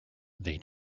they